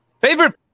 Favorite